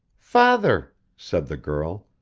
father, said the girl,